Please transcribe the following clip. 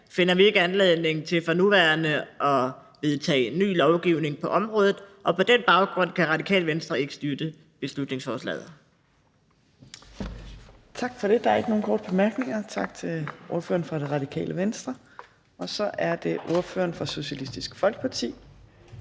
finder vi ikke anledning til for nuværende at vedtage ny lovgivning på området. På den baggrund kan Radikale Venstre ikke støtte beslutningsforslaget. Kl. 14:14 Fjerde næstformand (Trine Torp): Tak for det. Der er ikke nogen korte bemærkninger, så tak til ordføreren for Det Radikale Venstre. Og så er det ordføreren for Socialistisk Folkeparti,